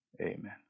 Amen